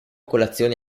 colazione